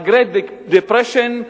ה-Great Depression,